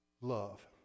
love